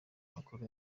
macron